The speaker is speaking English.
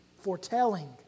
foretelling